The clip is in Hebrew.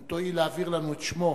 אם תואיל להעביר לנו את שמו.